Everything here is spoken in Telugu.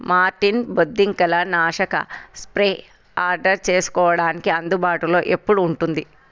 మోర్టీన్ బొద్దింకల నాశక స్ప్రే ఆర్డర్ చేసుకోడానికి అందుబాటులో ఎప్పుడు ఉంటుంది